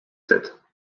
said